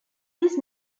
this